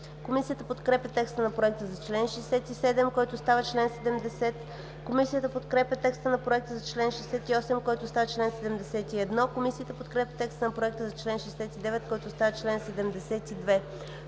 Комисията подкрепя текста на Проекта за чл. 67, който става чл. 70. Комисията подкрепя текста на Проекта за чл. 68, който става чл. 71. Комисията подкрепя текста на Проекта за чл. 69, който става чл. 72.